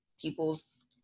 people's